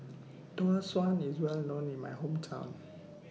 Tau Suan IS Well known in My Hometown